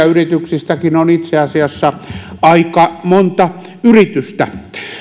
yrityksistä on itse asiassa aika monta yritystä